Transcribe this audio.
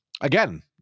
again